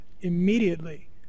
immediately